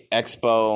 expo